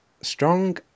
Strong